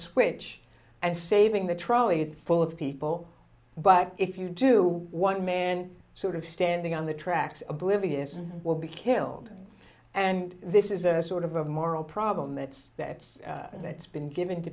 switch and saving the trolley it's full of people but if you do one man sort of standing on the tracks oblivious and will be killed and this is a sort of a moral problem that's that's and that's been given to